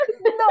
No